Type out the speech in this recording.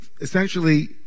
essentially